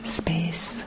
space